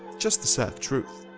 just the sad truth.